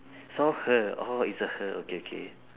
saw her orh it's a her okay okay